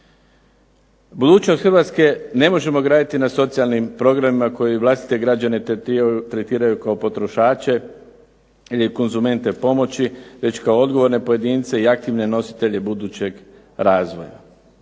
Budućnost Hrvatske ne možemo graditi na socijalnim programima koji vlastite građane tretiraju kao potrošače ili konzumente pomoći, već kao odgovorne pojedince i aktivne nositelje budućeg razvoja.